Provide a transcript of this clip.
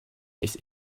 his